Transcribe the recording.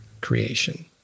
creation